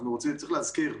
צריך להזכיר,